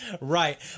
Right